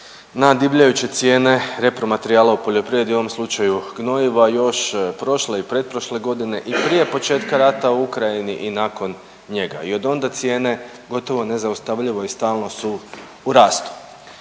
na divljajuće cijene repromaterijala u poljoprivredi u ovom slučaju gnojiva još prošle i pretprošle godine i prije početka rata u Ukrajini i nakon njega i od onda cijene gotovo nezaustavljivo i stalno su u rastu.